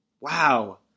wow